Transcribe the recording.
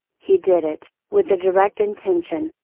he did it, with the direct intention,